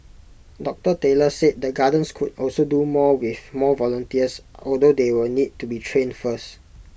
doctor Taylor said the gardens could also do more with more volunteers although they will need to be trained first